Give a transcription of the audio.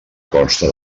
consta